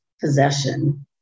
possession